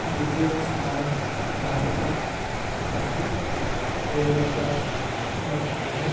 द्वितीयस्थानं भारतः अस्ति रेल्नेट्वर्क् मध्ये